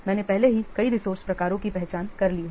मैंने पहले ही कई रिसोर्से प्रकारों की पहचान कर ली है